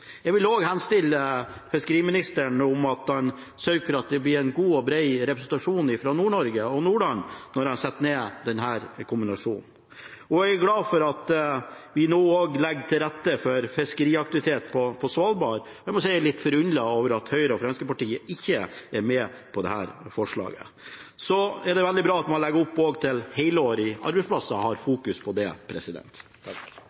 Jeg vil også henstille til fiskeriministeren å sørge for at det blir en god og bred representasjon fra Nord-Norge – og Nordland – når han setter ned denne kommisjonen. Jeg er også glad for at vi nå legger til rette for fiskeriaktivitet på Svalbard. Jeg må si jeg er litt forundret over at Høyre og Fremskrittspartiet ikke er med på dette forslaget. Så er det veldig bra at man også legger opp til helårige arbeidsplasser